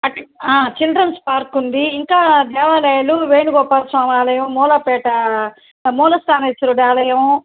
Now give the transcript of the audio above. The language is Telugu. అట్లా చిల్డ్రన్స్ పార్క్ ఉంది ఇంకా దేవాలయాలు వేణుగోపాలస్వామి ఆలయం మూలాపేట మూలస్థానేశ్వరుడి ఆలయం